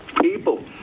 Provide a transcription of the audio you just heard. people